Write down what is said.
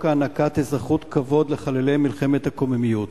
הענקת אזרחות כבוד לחללי מלחמת הקוממיות,